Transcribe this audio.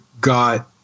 got